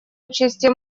участия